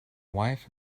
wife